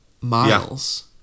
miles